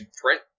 print